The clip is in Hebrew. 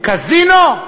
קזינו?